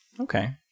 Okay